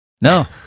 No